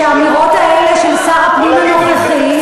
שהאמירות של שר הפנים הנוכחי,